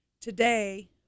Today